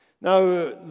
Now